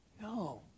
No